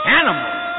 animals